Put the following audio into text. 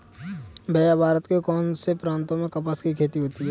भैया भारत के कौन से प्रांतों में कपास की खेती होती है?